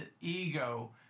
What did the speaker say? ego